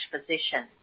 position